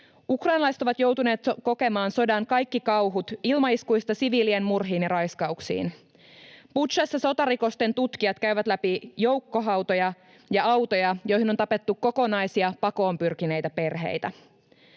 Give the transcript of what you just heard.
Ukrainalaiset ovat joutuneet kokemaan sodan kaikki kauhut ilmaiskuista siviilien murhiin ja raiskauksiin. Butšassa sotarikosten tutkijat käyvät läpi joukkohautoja ja autoja, joihin on tapettu kokonaisia pakoon pyrkineitä perheitä.